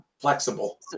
flexible